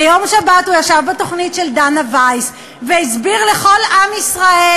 ביום שבת הוא ישב בתוכנית של דנה וייס והסביר לכל עם ישראל,